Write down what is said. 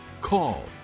call